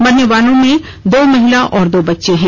मरने वालों में दो महिला और दो बच्चे हैं